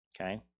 Okay